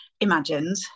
imagined